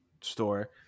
store